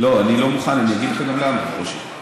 לא, אני לא מוכן, אני אגיד לך גם למה, ברושי.